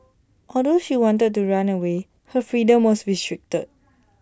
although she wanted to run away her freedom was restricted